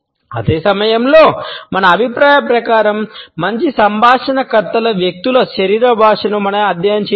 అదే సమయంలో మన అభిప్రాయం ప్రకారం మంచి సంభాషణకర్తల వ్యక్తుల శరీర భాషను మనం అధ్యయనం చేయవచ్చు